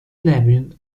levied